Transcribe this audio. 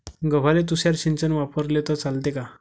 गव्हाले तुषार सिंचन वापरले तर चालते का?